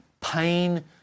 pain